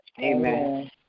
Amen